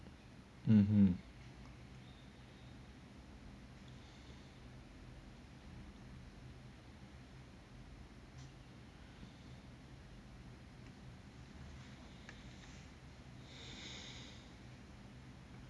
mmhmm